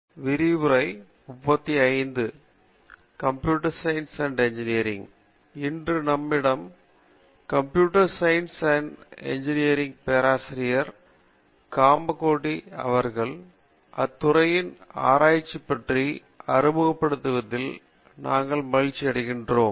பேராசிரியர் பிரதாப் ஹரிதாஸ் வணக்கம் இன்று நம்மிடம் கம்ப்யூட்டர் சயின்ஸ் அண்ட் இன்ஜினியரிங் பேராசிரியர் கமகோட்டி அவர்கள் அத்துறையின் ஆராய்ச்சிக்கு பற்றி அறிமுகப்படுத்துவதில் நாங்கள் மகிழ்ச்சியடைகிறோம்